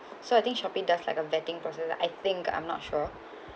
so I think Shopee does like a vetting process I think I'm not sure